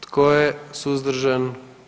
Tko je suzdržan?